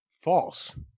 False